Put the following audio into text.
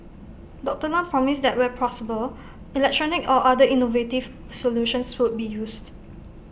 Doctor Lam promised that where possible electronic or other innovative solutions would be used